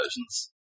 versions